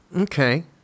Okay